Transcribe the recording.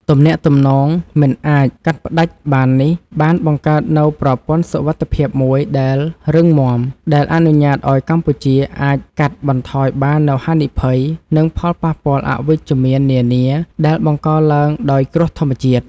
ទំនាក់ទំនងមិនអាចកាត់ផ្ដាច់បាននេះ បានបង្កើតនូវប្រព័ន្ធសុវត្ថិភាពមួយដែលរឹងមាំ ដែលអនុញ្ញាតឱ្យកម្ពុជាអាចកាត់បន្ថយបាននូវហានិភ័យ និងផលប៉ះពាល់អវិជ្ជមាននានាដែលបង្កឡើងដោយគ្រោះធម្មជាតិ។